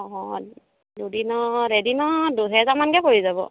অ' দুদিনত এদিনত দুহেজাৰ মানকৈ পৰি যাব